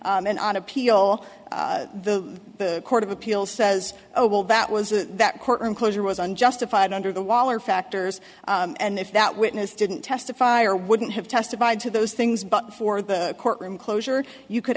and on appeal the court of appeals says oh well that was that courtroom closure was unjustified under the wall or factors and if that witness didn't testify or wouldn't have testified to those things but for the courtroom closure you could